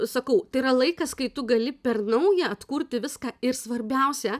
sakau tai yra laikas kai tu gali per naują atkurti viską ir svarbiausia